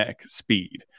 speed